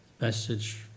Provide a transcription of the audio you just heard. message